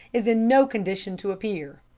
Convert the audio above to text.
is in no condition to appear.